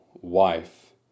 wife